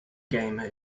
gamer